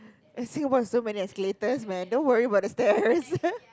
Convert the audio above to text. Singapore has so many escalators man don't worry about the stairs